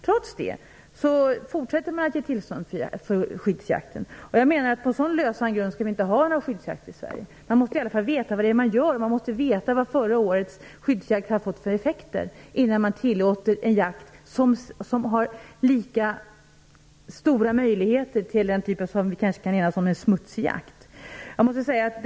Trots detta fortsätter man att ge tillstånd för skyddsjakt. På en sådan lös grund skall vi inte ha några skyddsjakter i Sverige. Man måste i alla fall veta vad man gör och vad förra årets skyddsjakter har fått för effekter innan man tillåter en jakt som vi kanske kan enas om är en smutsig jakt.